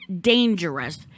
dangerous